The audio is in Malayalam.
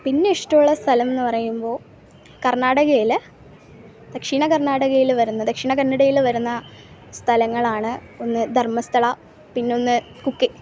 പിന്നെ ഇഷ്ടമുള്ള സ്ഥലംന്ന് പറയുമ്പോൾ കർണാടകയിൽ ദക്ഷിണ കർണാടകയിൽ വരുന്നത് ദക്ഷിണ കന്നടയിൽ വരുന്ന സ്ഥലങ്ങളാണ് ഒന്ന് ധർമ്മസ്ഥലം പിന്നൊന്ന് കുക്കി